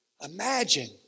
Imagine